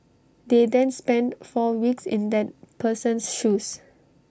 they then spend four weeks in that person's shoes